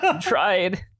Tried